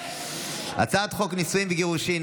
הצעת חוק נישואין וגירושין,